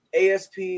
ASP